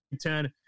Ten